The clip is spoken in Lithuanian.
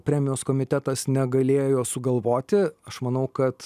premijos komitetas negalėjo sugalvoti aš manau kad